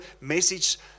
message